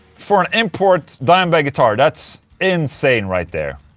for an import dimebag guitar that's insane right there.